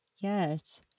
Yes